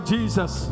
Jesus